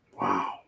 Wow